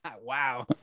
Wow